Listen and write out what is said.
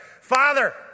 Father